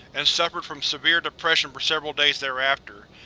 and suffered from severe depression for several days thereafter.